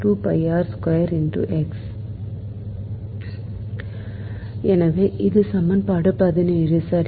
எனவே இது சமன்பாடு பதினேழு சரி